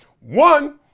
One